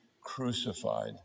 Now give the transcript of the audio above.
crucified